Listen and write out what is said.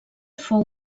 fou